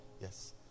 yes